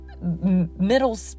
middle